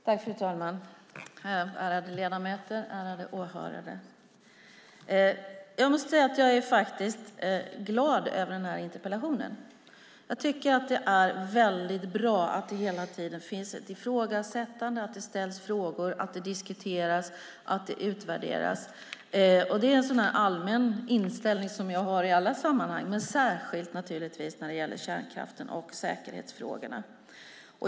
Fru talman, ärade ledamöter, ärade åhörare! Jag måste säga att jag är glad över den här interpellationen. Jag tycker att det är väldigt bra att det hela tiden finns ett ifrågasättande, att det ställs frågor, att det diskuteras, att det utvärderas. Det är en allmän inställning som jag har i alla sammanhang men naturligtvis särskilt när det gäller kärnkraften och säkerhetsfrågorna.